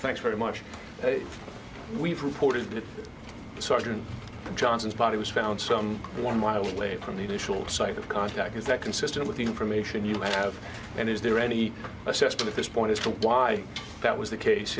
thanks very much we've reported that sergeant johnson's body was found some one mile away from the initial site of contact is that consistent with the information you have and is there any assessment at this point as to why that was the case